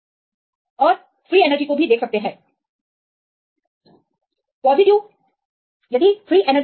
और तुम free energy को देख सकते हो